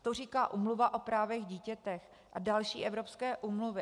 To říká Úmluva o právech dítěte a další evropské úmluvy.